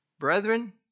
Brethren